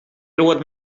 råd